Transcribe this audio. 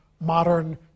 modern